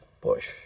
Bush